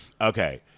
Okay